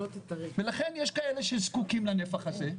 ולכן יש כאלה שזקוקים לנפח הזה,